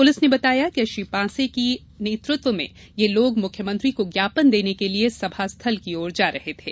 police ने बताया कि श्री पांसे के नेतृत्व में ये लोग मुख्यमंत्री को ज्ञापन देने के लिए सभा स्थल की ओर आ रहे थे